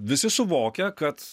visi suvokia kad